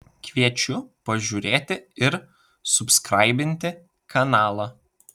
kviečiu pažiūrėti ir subskraibinti kanalą